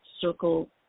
circle